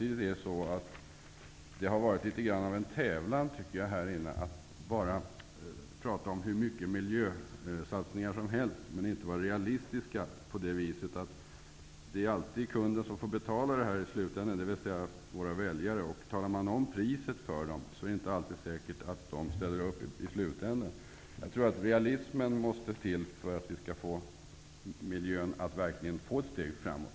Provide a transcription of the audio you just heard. Det har varit litet av en tävlan i att föreslå så många miljösatsningar som möjligt, men man har inte varit realistisk. Det är alltid kunderna -- dvs. våra väljare -- som får betala i slutändan. Om man talar om priset för dem är det inte alltid säkert att de ställer upp. Det måste till realism för att vi verkligen skall få miljön ett steg framåt.